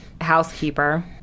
housekeeper